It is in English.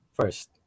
first